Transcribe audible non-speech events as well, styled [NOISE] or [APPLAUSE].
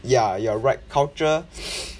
ya you are right culture [NOISE]